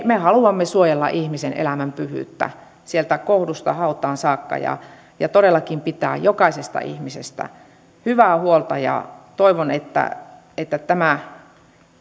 me haluamme suojella ihmisen elämän pyhyyttä sieltä kohdusta hautaan saakka ja ja todellakin pitää jokaisesta ihmisestä hyvää huolta toivon että että tämä